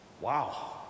Wow